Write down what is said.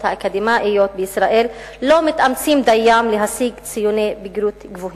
האקדמיים בישראל לא מתאמצים דיים להשיג ציוני בגרות גבוהים.